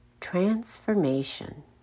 transformation